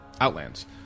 Outlands